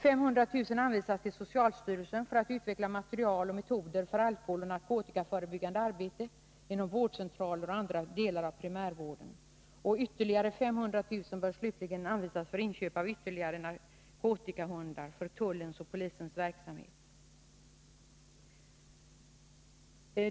500 000 bör anvisas till socialstyrelsen för att utveckla material och metoder för alkoholoch narkotikaförebyggande arbete inom vårdcentraler och andra delar av primärvården. Slutligen bör ytterligare 500 000 anvisas för inköp av fler narkotikahundar för tullens och polisens verksamhet.